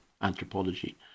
Anthropology